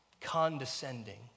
Condescending